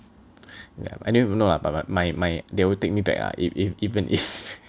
yeah I didn't even know lah but like my my they will take me back ah if if even if